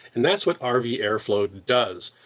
and that's what um rv yeah airflow does.